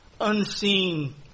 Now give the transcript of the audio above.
unseen